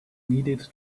needed